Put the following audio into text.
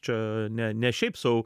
čia ne ne šiaip sau